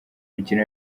imikino